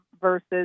versus